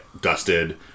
dusted